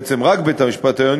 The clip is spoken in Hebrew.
בעצם רק בית-המשפט העליון,